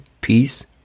peace